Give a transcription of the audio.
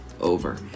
over